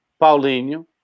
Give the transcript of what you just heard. Paulinho